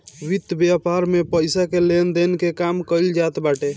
वित्त व्यापार में पईसा के लेन देन के काम कईल जात बाटे